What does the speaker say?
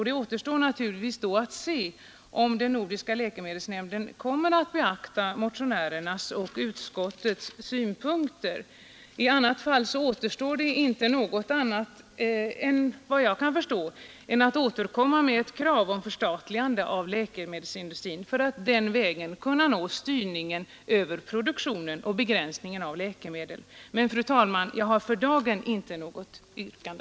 Det återstår naturligtvis då att se, om den nordiska läkemedelsnämnden kommer att beakta motionärernas och utskottets synpunkter. I annat fall återstår det enligt vad jag kan förstå inte något annat att göra än att återkomma med ett krav om förstatligande av läkemedelsindustrin för att på den vägen åstadkomma en styrning av produktionen och en begränsning av antalet läkemedel. Men, fru talman, jag har för dagen inte något yrkande.